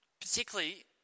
Particularly